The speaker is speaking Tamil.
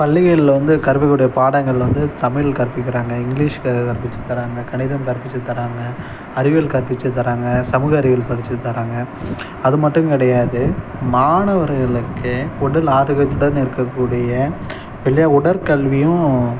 பள்ளிகளில் வந்து கற்பிக்கப்படற பாடங்கள் வந்து தமிழ் கற்பிக்கிறாங்க இங்க்லிஷ் கற்பித்து தராங்க கணிதம் கற்பித்து தராங்க அறிவியல் கற்பித்து தராங்க சமூக அறிவியல் படித்துத் தராங்க அது மட்டும் கிடையாது மாணவர்களுக்கு உடல் ஆரோக்கியத்துடன் இருக்கக்கூடிய வெள உடற்கல்வியும்